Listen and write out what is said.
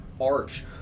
arch